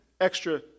extra